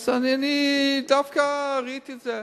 אז דווקא ראיתי את זה.